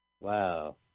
Wow